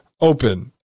open